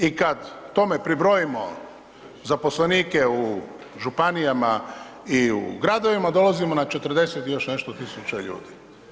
I kad tome pribrojimo zaposlenike u županijama i gradovima dolazimo na 40 i još nešto tisuća ljudi.